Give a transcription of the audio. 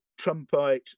Trumpite